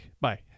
Bye